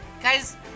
Guys